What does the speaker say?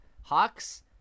hawks